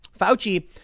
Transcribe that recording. Fauci